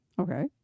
Okay